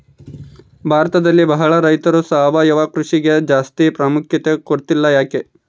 ಭಾರತದಲ್ಲಿ ಬಹಳ ರೈತರು ಸಾವಯವ ಕೃಷಿಗೆ ಜಾಸ್ತಿ ಪ್ರಾಮುಖ್ಯತೆ ಕೊಡ್ತಿಲ್ಲ ಯಾಕೆ?